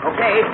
Okay